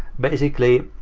basically